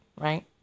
right